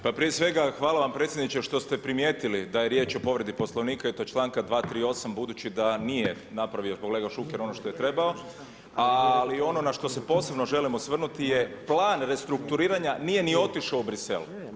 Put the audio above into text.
Pa prije svega, hvala vam predsjedniče što se primijetili da je riječ o povredi Poslovnika i to članka 238. budući da nije napravio kolega Šuker ono što je trebao, ali ono na što se posebno želim osvrnuti je plan restrukturiranja nije ni otišao u Brisel.